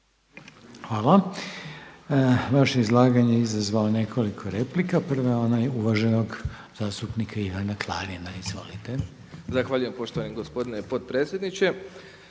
(HDZ)** Vaše izlaganje izazvalo je nekoliko replika. Prva je ona uvaženog zastupnika Ivana Klarina. Izvolite. **Klarin, Ivan (SDP)** Zahvaljujem poštovani gospodine potpredsjedniče.